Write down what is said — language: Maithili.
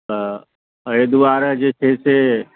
एहि दुआरे जे छै से